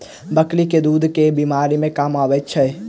बकरी केँ दुध केँ बीमारी मे काम आबै छै?